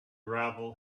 gravel